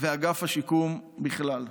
ואגף השיקום בכלל.